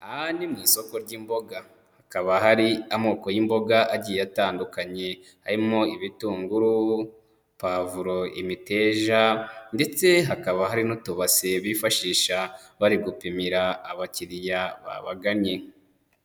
Aha ni mu isoko ry'imboga hakaba hari amoko y'imboga agiye atandukanye harimo ibitunguru, pavuro, imiteja ndetse hakaba hari n'utubase bifashisha bari gupimira abakiriya babagannye.